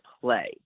play